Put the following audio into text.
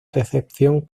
recepción